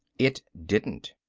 it didn't.